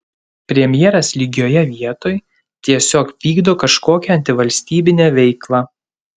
premjeras lygioje vietoj tiesiog vykdo kažkokią antivalstybinę veiklą